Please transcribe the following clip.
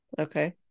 Okay